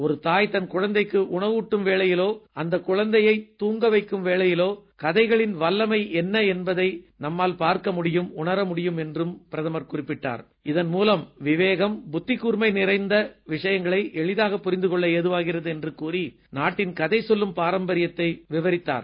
ஒரு தாய் தன் குழந்தைக்கு உணவு ஊட்டும் வேளையிலோ அந்தக் குழந்தையைத் தூங்க வைக்கும் வேளையிலோ கதைகளின் வல்லமை என்ன என்பதை நம்மால் பார்க்க முடியும் உணர முடியும் என்று குறிப்பிட்ட பிரதமர் இதன் மூலம் விவேகம் புத்திக்கூர்மை நிறைந்த விஷயங்களை எளிதாகப் புரிந்து கொள்ள ஏதுவாகிறது என்று கறி நாட்டின் கதை சொல்லும் பாரம்பதரியத்தை விவரித்தார்